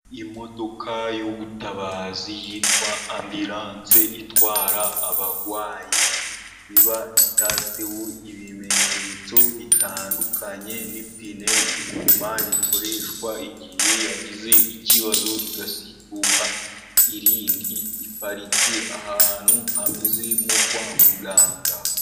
Imodoka y'ubutabazi yitwa ambirance itwara abarwayi, iba itatseho ibimenyetso bitandukanye n'ipine inyuma rikoreshwa igihe yagize ikibazo rigasimbura irindi, iparitse ahantu hameze nko kwa muganga.